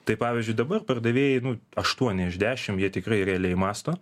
tai pavyzdžiui dabar pardavėjai nu aštuoni iš dešimt jie tikrai realiai mąsto